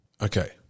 Okay